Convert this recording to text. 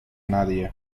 nadie